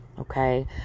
okay